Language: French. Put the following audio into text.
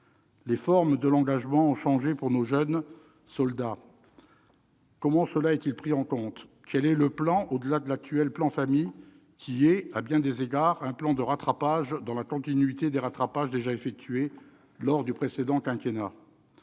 Les formes de l'engagement ont changé pour nos jeunes soldats. Comment prendre ce fait en compte ? Quelles sont les perspectives au-delà de l'actuel plan Famille, qui, à bien des égards, est un plan de rattrapage, dans la continuité des rattrapages déjà effectués lors du précédent quinquennat ?